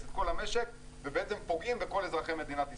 את כל המשק ובעצם פוגעים בכל אזרחי מדינת ישראל.